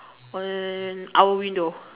on our window